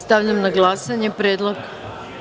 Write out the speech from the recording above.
Stavljam na glasanje predlog.